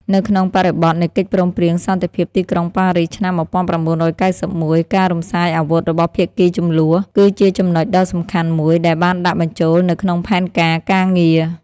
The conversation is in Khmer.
នៅក្នុងបរិបទនៃកិច្ចព្រមព្រៀងសន្តិភាពទីក្រុងប៉ារីស ឆ្នាំ១៩៩១ ការរំសាយអាវុធរបស់ភាគីជម្លោះ គឺជាចំណុចដ៏សំខាន់មួយ ដែលបានដាក់បញ្ចូលនៅក្នុងផែនការការងារ។